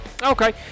Okay